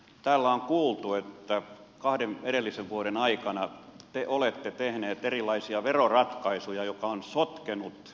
täällä on kuultu että kahden edellisen vuoden aikana te olette tehneet erilaisia veroratkaisuja jotka ovat sotkeneet energiamarkkinaa